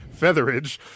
featherage